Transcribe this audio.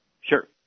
Sure